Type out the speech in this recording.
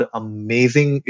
amazing